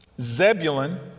zebulun